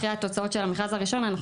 אחרי התוצאות של המכרז הראשון אנחנו